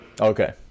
Okay